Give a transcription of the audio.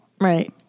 Right